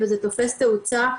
וזה תופס תאוצה,